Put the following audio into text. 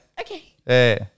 Okay